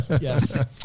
Yes